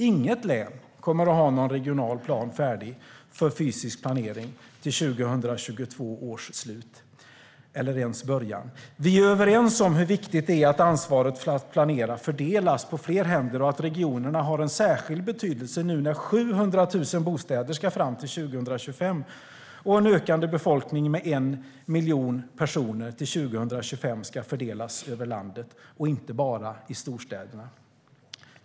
Inget län kommer att ha någon regional plan färdig för fysisk planering till 2022 års slut eller ens början. Vi är överens om hur viktigt det är att ansvaret för att planera fördelas på fler händer och att regionerna har en särskild betydelse nu när 700 000 bostäder ska fram till 2025 och en ökande befolkning med 1 miljon personer till 2025 ska fördelas över landet och inte bara i storstäderna.